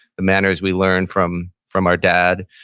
the manners we learned from from our dad,